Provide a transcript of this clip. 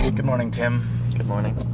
good morning tim! good morning.